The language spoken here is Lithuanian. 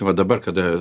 va dabar kada